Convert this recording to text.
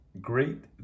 great